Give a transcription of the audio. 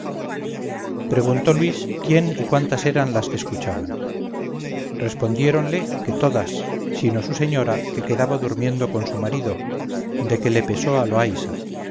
preguntó luis quién y cuántas eran las que escuchaban respondiéronle que todas sino su señora que quedaba durmiendo con su marido de que le pesó a loaysa